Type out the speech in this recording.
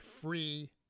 free